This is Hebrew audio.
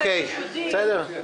אוקיי, בסדר.